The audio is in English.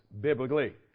biblically